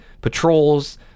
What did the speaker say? patrols